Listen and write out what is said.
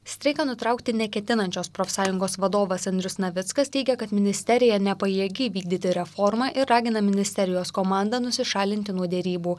streiką nutraukti neketinančios profsąjungos vadovas andrius navickas teigia kad ministerija nepajėgi vykdyti reformą ir ragina ministerijos komandą nusišalinti nuo derybų